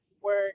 work